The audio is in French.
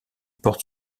porte